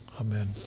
Amen